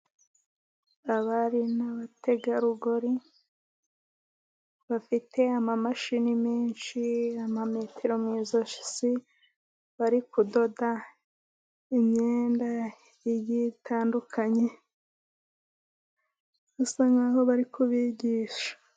Abari n'abategarugori bafite imashini nyinshi , metero mu ijosi. Bari kudoda imyenda itandukanye. Bisa nkaho bari kubigisha.